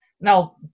Now